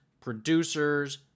producers